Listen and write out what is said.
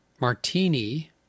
Martini